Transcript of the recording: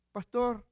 Pastor